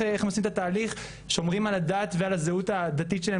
איך לעשות את התהליך ואיך שומרים על הדת ועל הזהות הדתית שלהם